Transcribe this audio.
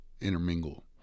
intermingle